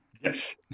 Yes